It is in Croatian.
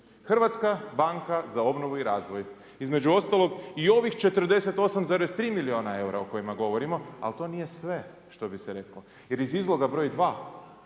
Hrvatska banka za obnovu i razvoj. Između ostalog i ovih 48,3 milijuna eura o kojima govorimo, ali to nije sve što bi se reklo. Jer iz izloga broj